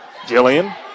Jillian